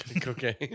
Cocaine